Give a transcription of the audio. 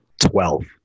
twelve